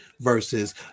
versus